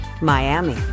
Miami